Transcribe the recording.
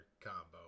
combo